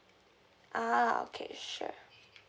ah okay sure